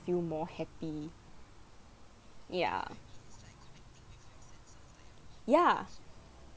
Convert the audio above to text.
feel more happy ya ya